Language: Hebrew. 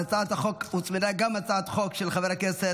להצעת החוק הוצמדה גם הצעת חוק של חבר הכנסת